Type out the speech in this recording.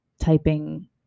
typing